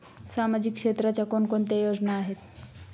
सामाजिक क्षेत्राच्या कोणकोणत्या योजना आहेत?